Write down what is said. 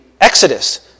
Exodus